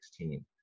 2016